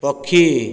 ପକ୍ଷୀ